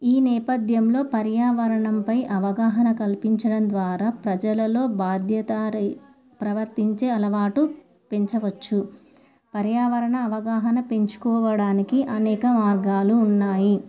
ఈ నేపథ్యంలో పర్యావరణంపై అవగాహన కల్పించడం ద్వారా ప్రజలలో బాధ్యత ర ప్రవర్తించే అలవాటు పెంచవచ్చు పర్యావరణ అవగాహన పెంచుకోవడానికి అనేక మార్గాలు ఉన్నాయి